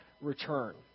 return